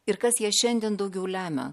ir kas ją šiandien daugiau lemia